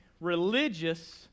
religious